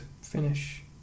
finish